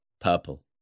Purple